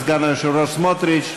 סגן היושב-ראש סמוטריץ,